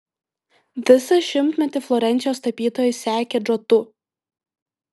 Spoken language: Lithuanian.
visą šimtmetį florencijos tapytojai sekė džotu